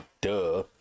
duh